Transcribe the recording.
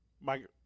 Mike